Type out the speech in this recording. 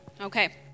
Okay